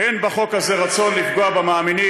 אין יותר גרוע מלנהל מלחמה נגד טרור.